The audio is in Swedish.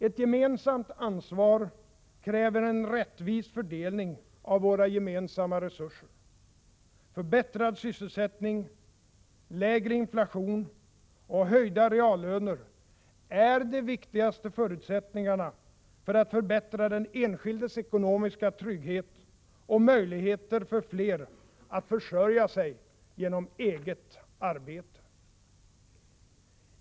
Ett gemensamt ansvar kräver en rättvis fördelning av våra gemensamma resurser. Förbättrad sysselsättning, lägre inflation och höjda reallöner är de viktigaste förutsättningarna för att förbättra den enskildes ekonomiska trygghet och möjligheterna för fler att försörja sig genom eget arbete.